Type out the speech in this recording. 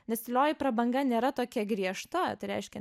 nes tylioji prabanga nėra tokia griežta tai reiškia